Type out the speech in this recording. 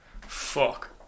Fuck